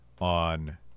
on